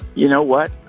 you know what?